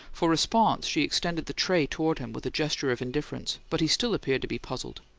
for response, she extended the tray toward him with a gesture of indifference but he still appeared to be puzzled.